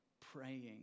praying